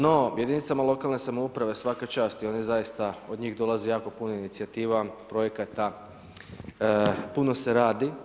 No, jedinicama lokalne samouprave svaka čast i oni zaista od njih dolazi jako puno inicijativa, projekata, puno se radi.